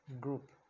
group